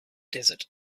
desert